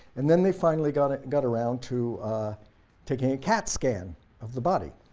and then they finally got got around to taking a cat scan of the body.